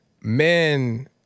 men